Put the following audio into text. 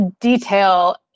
detail